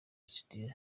studio